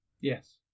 Yes